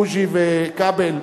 בוז'י וכבל,